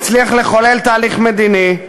הצליח לחולל תהליך מדיני,